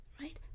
right